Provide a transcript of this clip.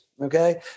Okay